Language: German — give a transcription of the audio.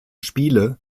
spiele